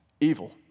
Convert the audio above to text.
evil